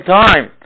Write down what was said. time